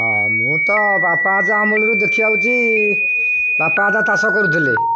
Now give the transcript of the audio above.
ହଁ ମୁଁ ତ ବାପାଜ ଅମଳରୁ ଦେଖିଯାଉଛି ବାପା ଦାଦା ଚାଷ କରୁଥିଲେ